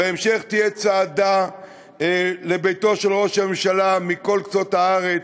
ובהמשך תהיה צעדה לביתו של ראש הממשלה מכל קצות הארץ,